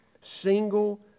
single